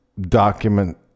document